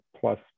plus